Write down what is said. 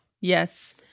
Yes